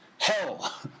hell